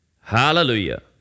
Hallelujah